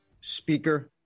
speaker